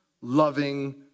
loving